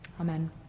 Amen